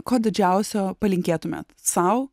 ko didžiausio palinkėtumėt sau